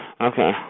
Okay